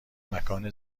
مکان